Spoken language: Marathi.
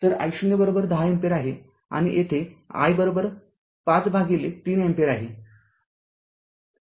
तर i0१० अँपिअर आहे आणि येथे i ५ भागिले ३ अँपिअर आहे